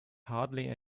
hardly